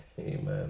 amen